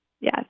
Yes